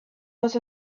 was